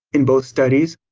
in both studies,